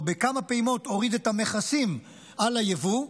או בכמה פעימות הוריד את המכסים על היבוא,